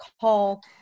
call